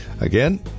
Again